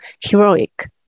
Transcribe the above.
heroic